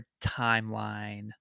timeline